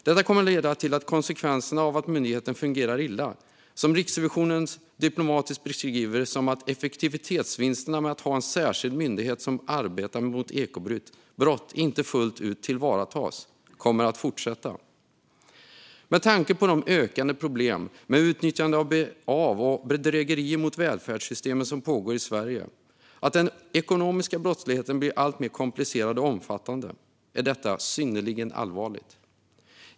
Detta kommer att leda till att konsekvenserna av att myndigheten fungerar illa, som Riksrevisionen diplomatiskt beskriver som att effektivitetsvinsterna med att ha en särskild myndighet som arbetar mot ekobrott inte fullt ut tillvaratas, kvarstår. Med tanke på de ökande problemen med utnyttjande av och bedrägerier mot välfärdssystemen i Sverige och på att den ekonomiska brottsligheten blir alltmer komplicerad och omfattande är detta synnerligen allvarligt.